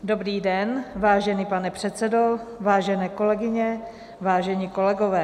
Dobrý den, vážený pane předsedo, vážené kolegyně, vážení kolegové.